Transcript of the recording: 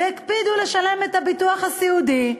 והקפידו לשלם את הביטוח הסיעודי,